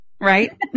right